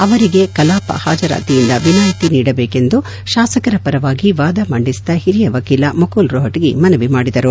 ಅವರಿಗೆ ಕಲಾಪ ಹಾಜರಾತಿಯಿಂದ ವಿನಾಯಿತಿ ನೀಡಬೇಕೆಂದು ಶಾಸಕರ ಪರವಾಗಿ ವಾದ ಮಂಡಿಸಿದ ಹಿರಿಯ ವಕೀಲ ಮುಕುಲ್ ರೋಹಟಗಿ ಮನವಿ ಮಾಡಿದರು